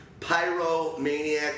pyromaniac